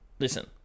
Listen